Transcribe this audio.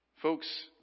Folks